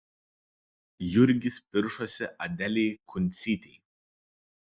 jurgis piršosi adelei kuncytei